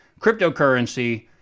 cryptocurrency